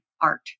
art